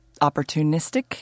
opportunistic